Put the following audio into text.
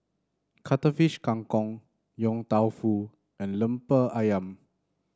Cuttlefish Kang Kong Yong Tau Foo and lemper ayam